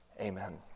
Amen